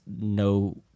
no